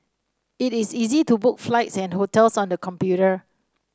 it is easy to book flights and hotels on the computer